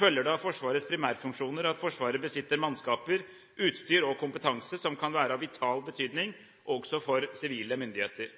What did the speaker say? følger det av Forsvarets primærfunksjoner at Forsvaret besitter mannskaper, utstyr og kompetanse som kan være av vital betydning også for sivile myndigheter.